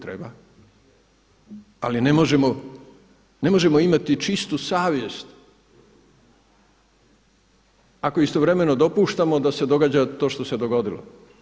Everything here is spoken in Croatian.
Treba, ali ne možemo imati čistu savjest ako istovremeno dopuštamo da se događa to što se dogodilo.